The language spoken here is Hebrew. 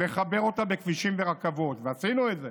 לחבר אותה בכבישים ורכבות, ועשינו את זה,